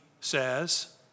says